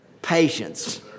Patience